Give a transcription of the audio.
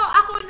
ako